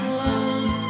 love